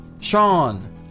Sean